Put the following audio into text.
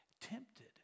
Tempted